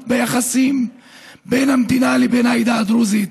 ביחסים בין המדינה לבין העדה הדרוזית,